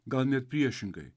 gal net priešingai